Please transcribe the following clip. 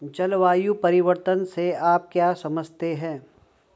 जलवायु परिवर्तन से आप क्या समझते हैं?